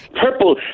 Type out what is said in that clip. Purple